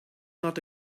not